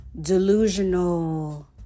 Delusional